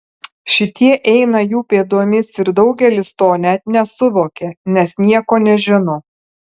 šitie eina jų pėdomis ir daugelis to net nesuvokia nes nieko nežino